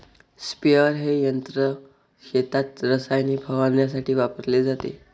sprayer हे यंत्र शेतात रसायने फवारण्यासाठी वापरले जाते